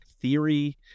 Theory